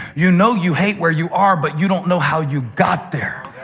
you know you hate where you are, but you don't know how you got there.